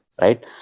right